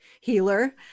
healer